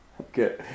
okay